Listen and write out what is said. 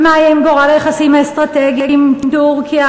ומה יהיה עם גורל היחסים האסטרטגיים עם טורקיה,